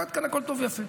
עד כאן הכול טוב יפה.